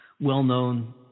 well-known